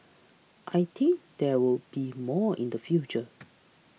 I think there will be more in the future